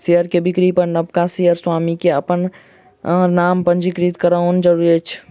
share के बिक्री पर नबका शेयर स्वामी के अपन नाम पंजीकृत करौनाइ जरूरी अछि